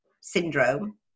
Syndrome